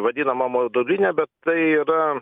vadinama modulinė bet tai yra